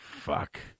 Fuck